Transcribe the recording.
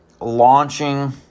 launching